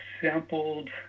sampled